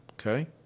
Okay